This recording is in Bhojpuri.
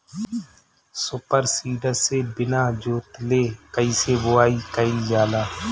सूपर सीडर से बीना जोतले कईसे बुआई कयिल जाला?